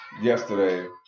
yesterday